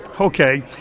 okay